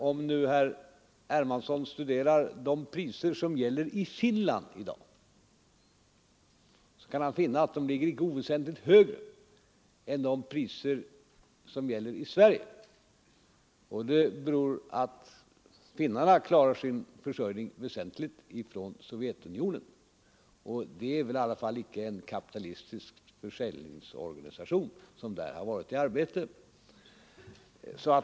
Om herr Hermansson studerar de oljepriser som gäller i Finland i dag, skall han finna att de ligger icke oväsentligt högre än de oljepriser som gäller i Sverige. Det beror på att finnarna väsentligen klarar sin försörjning från Sovjetunionen — och det är väl i alla fall inte någon kapitalistisk försäljningsorganisation som där har varit i arbete!